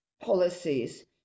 policies